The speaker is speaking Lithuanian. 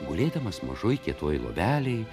gulėdamas mažoj kietoj lovelėj